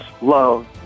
love